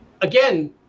again